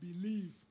Believe